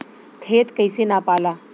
खेत कैसे नपाला?